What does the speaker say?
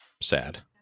sad